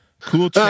cool